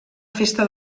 festa